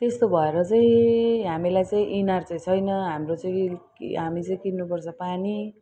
त्यस्तो भएर चाहिँ हामीलाई चाहिँ इनार चाहिँ छैन हाम्रो चाहिँ हामी चाहिँ किन्नुपर्छ पानी